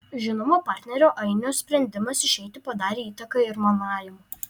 žinoma partnerio ainio sprendimas išeiti padarė įtaką ir manajam